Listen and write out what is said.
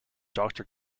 doctor